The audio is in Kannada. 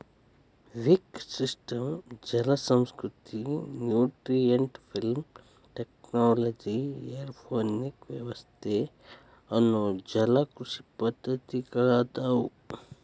ವಿಕ್ ಸಿಸ್ಟಮ್ ಜಲಸಂಸ್ಕೃತಿ, ನ್ಯೂಟ್ರಿಯೆಂಟ್ ಫಿಲ್ಮ್ ಟೆಕ್ನಾಲಜಿ, ಏರೋಪೋನಿಕ್ ವ್ಯವಸ್ಥೆ ಅನ್ನೋ ಜಲಕೃಷಿ ಪದ್ದತಿಗಳದಾವು